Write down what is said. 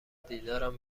دیدارم